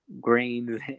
grains